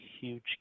huge